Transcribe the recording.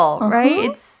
right